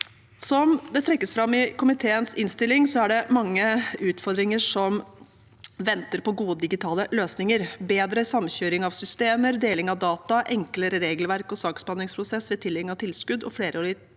Som det trekkes fram i komiteens innstilling, er det mange utfordringer som venter på gode digitale løsninger. Bedre samkjøring av systemer, deling av data, enklere regelverk og saksbehandlingsprosess ved tildeling av tilskudd og flerårige tilskudd